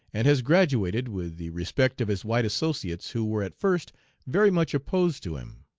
and has graduated, with the respect of his white associates who were at first very much opposed to him.